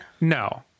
No